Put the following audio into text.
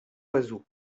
oiseaux